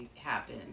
happen